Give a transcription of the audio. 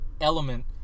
element